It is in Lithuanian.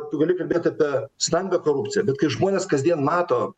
tu gali kalbėt apie stambią korupciją bet kai žmonės kasdien mato